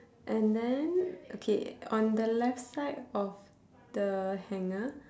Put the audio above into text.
and then okay on the left side of the hanger